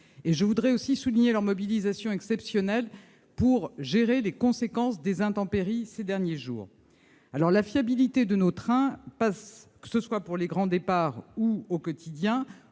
Je voudrais aussi souligner leur mobilisation exceptionnelle pour gérer les conséquences des intempéries de ces derniers jours. La fiabilité de nos trains, que ce soit pour les grands départs ou au quotidien,